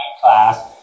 class